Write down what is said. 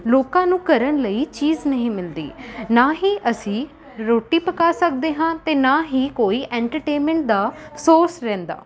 ਲੋਕਾਂ ਨੂੰ ਕਰਨ ਲਈ ਚੀਜ਼ ਨਹੀਂ ਮਿਲਦੀ ਨਾ ਹੀ ਅਸੀਂ ਰੋਟੀ ਪਕਾ ਸਕਦੇ ਹਾਂ ਅਤੇ ਨਾ ਹੀ ਕੋਈ ਐਂਟਰਟੇਨਮੈਂਟ ਦਾ ਸੋਰਸ ਰਹਿੰਦਾ